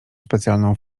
specjalną